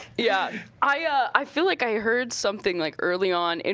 yeah, i feel like i heard something like early on. and